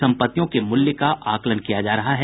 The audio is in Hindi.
सम्पत्तियों के मूल्य का आंकलन किया जा रहा है